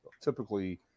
typically